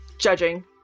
judging